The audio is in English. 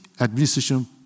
administration